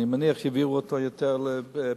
אני מניח שיעבירו אותו יותר פנימה,